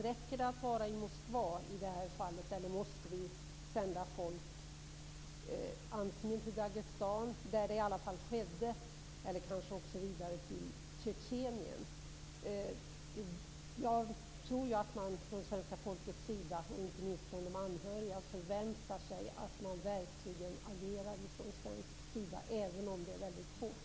Räcker det att vara i Moskva i detta fall, eller måste folk sändas antingen till Dagestan, där det i alla fall skedde, eller kanske vidare till Tjetjenien? Jag tror att svenska folket, och inte minst de anhöriga, förväntar sig att man agerar från svensk sida, även om det är väldigt svårt.